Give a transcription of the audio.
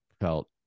felt